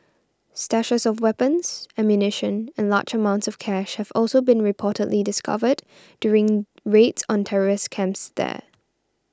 stashes of weapons ammunition and large amounts of cash have also been reportedly discovered during raids on terrorist camps there